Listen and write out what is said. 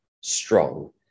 strong